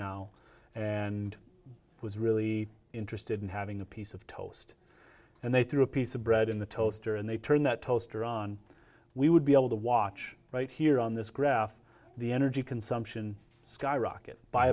now and who's really interested in having a piece of toast and they threw a piece of bread in the toaster and they turned that toaster on we would be able to watch right here on this graph the energy consumption skyrocket by